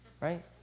Right